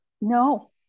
No